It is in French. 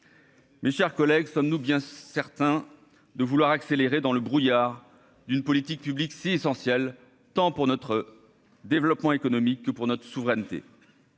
Mes chers collègues, sommes-nous bien certain de vouloir accélérer dans le brouillard d'une politique publique si essentielle tant pour notre développement économique que pour notre souveraineté.